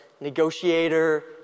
negotiator